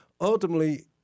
ultimately